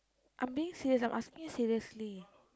I being serious I'm asking you seriously